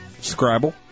Scribble